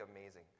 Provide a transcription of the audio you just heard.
amazing